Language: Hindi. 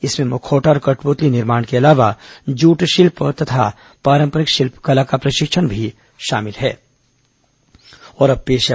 इसमें मुखौटा और कठपुतली निर्माण के अलावा जृट शिल्प तथा पारंपरिक शिल्प कला का प्रशिक्षण भी शामिल है